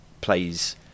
plays